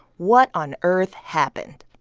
what on earth happened?